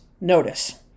notice